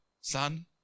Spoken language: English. son